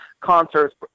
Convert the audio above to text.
concerts